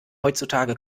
heutzutage